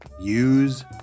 use